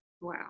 Wow